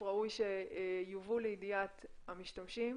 ראוי שיובאו לידיעת המשתמשים,